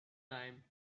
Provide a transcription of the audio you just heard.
time